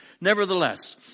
Nevertheless